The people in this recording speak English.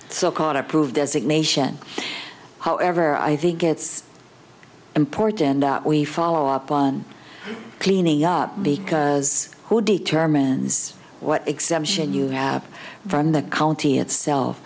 called approved designation however i think it's important that we follow up on cleaning up because who determines what exemption you have from the county itself